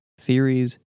theories